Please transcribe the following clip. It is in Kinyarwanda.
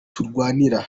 turwanira